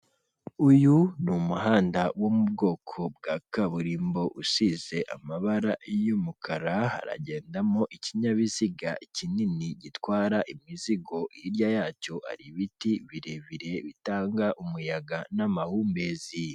Uyu ni umuhanda wo mu bwoko bwa kaburimbo usize amabara y'umukara, haragendamo ikinyabiziga kinini gitwara imizigo, hirya yacyo ari ibiti birebire bitanga umuyaga n'amahumbezi.